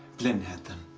blynn had them?